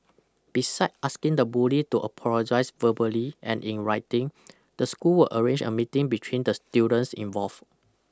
besides asking the bully to apologize verbally and in writing the school arrange a meeting between the students involve